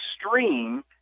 extreme